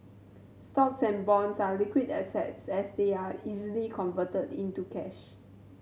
stocks and bonds are liquid assets as they are easily converted into cash